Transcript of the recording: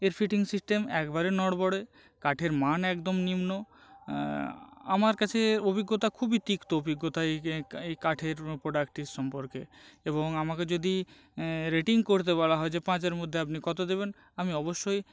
এর fitting system একবারে নড়বড়ে কাঠের মান একদম নিম্ন আমার কাছে অভিজ্ঞতা খুবই তিক্ত অভিজ্ঞতা এই এই এই কাঠের পোডাক্টটির সম্পর্কে এবং আমাকে যদি রেটিং করতে বলা হয় যে পাঁচের মধ্যে আপনি কত দেবেন আমি অবশ্যই